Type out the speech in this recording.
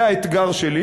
זה האתגר שלי,